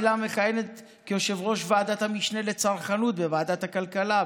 הילה מכהנת כיושבת-ראש ועדת המשנה לצרכנות בוועדת הכלכלה,